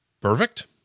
perfect